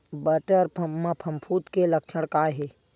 बटर म फफूंद के लक्षण का हे?